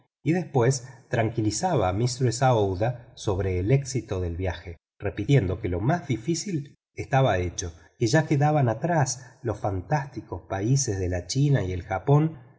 y después tranquilizaba a mistress aouiuda sobre el éxito del viaje repitiendo que lo más difícil estaba hecho que ya quedaban atrás los fantásticos países de la china y del japón